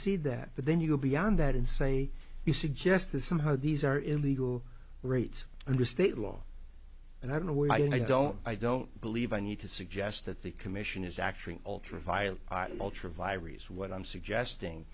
see that but then you go beyond that and say you suggest that somehow these are illegal rates under state law and i don't know why and i don't i don't believe i need to suggest that the commission is actually ultraviolet ultra vires what i'm suggesting